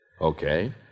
Okay